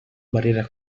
barriera